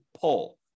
pull